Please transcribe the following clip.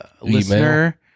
listener